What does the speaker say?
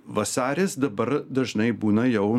vasaris dabar dažnai būna jau